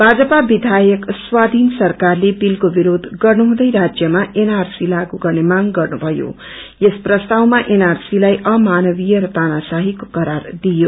भाजपा विधायक स्वाधीन सरकारले विलको विरोध गर्दै राज्यमा उनआरसी लागू गर्ने मांग गर्नुभयो यस प्रस्तावामा एनआरसीलाई अमानवीय र तानरशहीको करार दियो